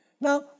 Now